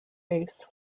ace